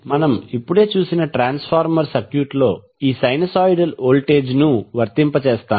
మనము ఇప్పుడే చూసిన ట్రాన్స్ఫార్మర్ సర్క్యూట్లో ఈ సైనూసోయిడల్ వోల్టేజ్ను వర్తింపజేస్తాము